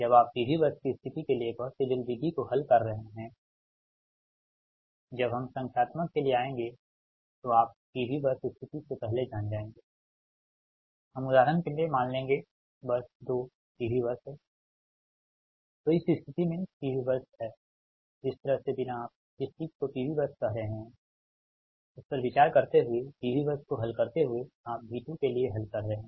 जब आप PV bus की स्थिति के लिए गॉस सिडल विधि को हल कर रहे हैं जब हम संख्यात्मक के लिए आएँगे तो आप PV बस स्थिति से पहले जान जाएंगे हम उदाहरण के लिए मान लेंगे बस 2 PV बस है तो इस स्थिति में PV बस है जिस तरह से बिना आप जिस चीज को PV बस कह रहे हैं उस पर विचार करते हुए PV बस को हल करते हुए आप V2 के लिए हल कर रहे हैं